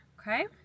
okay